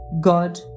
God